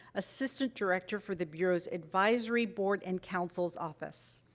assistant director for the bureau's advisory board and councils office.